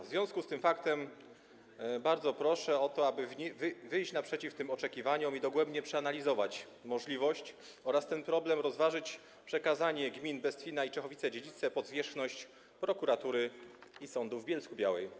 W związku z tym faktem bardzo proszę o to, aby wyjść naprzeciw tym oczekiwaniom i dogłębnie przeanalizować możliwości dotyczące tego problemu, a także rozważyć przekazanie gmin Bestwina i Czechowice-Dziedzice pod zwierzchność prokuratury i sądu w Bielsku-Białej.